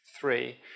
Three